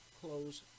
close